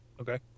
Okay